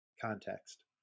context